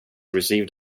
received